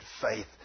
faith